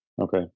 okay